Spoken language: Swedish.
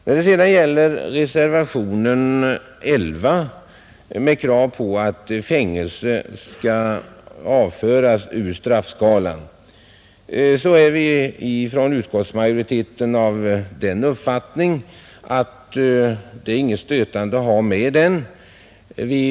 När det gäller reservationen 11 med krav på att fängelse skall avföras ur straffskalan, så är vi inom utskottsmajoriteten av den uppfattningen, att det är inget stötande i att ha med detta.